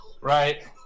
Right